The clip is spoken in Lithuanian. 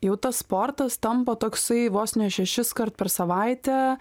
jau tas sportas tampa toksai vos ne šešis kart per savaitę